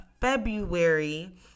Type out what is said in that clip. February